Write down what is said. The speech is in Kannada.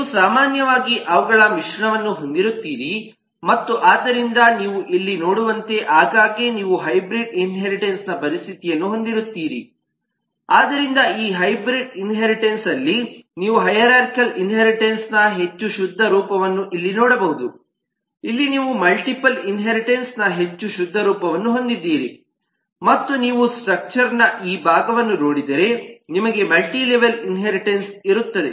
ನೀವು ಸಾಮಾನ್ಯವಾಗಿ ಅವುಗಳ ಮಿಶ್ರಣವನ್ನು ಹೊಂದಿರುತ್ತೀರಿ ಮತ್ತು ಆದ್ದರಿಂದ ನೀವು ಇಲ್ಲಿ ನೋಡುವಂತೆ ಆಗಾಗ್ಗೆ ನೀವು ಹೈಬ್ರಿಡ್ ಇನ್ಹೇರಿಟನ್ಸ್ನ ಪರಿಸ್ಥಿತಿಯನ್ನು ಹೊಂದಿರುತ್ತೀರಿ ಆದ್ದರಿಂದ ಈ ಹೈಬ್ರಿಡ್ ಇನ್ಹೇರಿಟನ್ಸ್ಅಲ್ಲಿ ನೀವು ಹೈರಾರ್ಖಾಲ್ ಇನ್ಹೇರಿಟನ್ಸ್ನ ಹೆಚ್ಚು ಶುದ್ಧ ರೂಪವನ್ನು ಇಲ್ಲಿ ನೋಡಬಹುದು ಇಲ್ಲಿ ನೀವು ಮಲ್ಟಿಪಲ್ ಇನ್ಹೇರಿಟನ್ಸ್ನ ಹೆಚ್ಚು ಶುದ್ಧ ರೂಪವನ್ನು ಹೊಂದಿದ್ದೀರಿ ಮತ್ತು ನೀವು ಸ್ಟ್ರಕ್ಚರ್ನ ಈ ಭಾಗವನ್ನು ನೋಡಿದರೆ ನಿಮಗೆ ಮಲ್ಟಿಲೆವೆಲ್ ಇನ್ಹೇರಿಟನ್ಸ್ ಇರುತ್ತದೆ